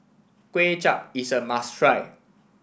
Kway Chap is a must try